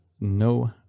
no